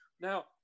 Now